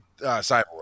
Cyborg